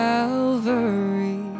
Calvary